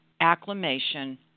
acclamation